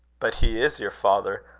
but he is your father,